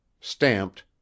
Stamped